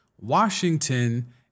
Washington